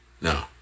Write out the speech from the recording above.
No